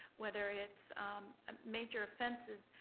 whether it's um major offenses,